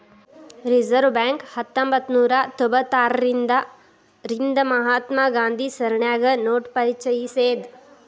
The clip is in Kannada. ರಿಸರ್ವ್ ಬ್ಯಾಂಕ್ ಹತ್ತೊಂಭತ್ನೂರಾ ತೊಭತಾರ್ರಿಂದಾ ರಿಂದ ಮಹಾತ್ಮ ಗಾಂಧಿ ಸರಣಿನ್ಯಾಗ ನೋಟ ಪರಿಚಯಿಸೇದ್